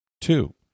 Two